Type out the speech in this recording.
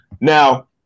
Now